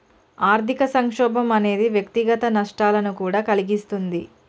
ఆర్థిక సంక్షోభం అనేది వ్యక్తిగత నష్టాలను కూడా కలిగిస్తుంది